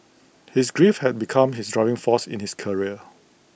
his grief had become his driving force in his career